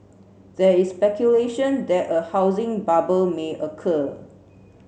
there is speculation that a housing bubble may occur